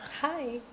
Hi